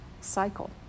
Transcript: cycle